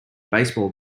baseball